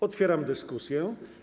Otwieram dyskusję.